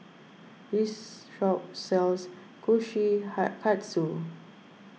this shop sells Kushikatsu